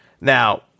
Now